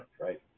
right